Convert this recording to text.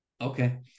okay